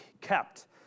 kept